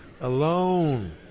Alone